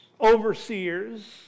overseers